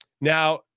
now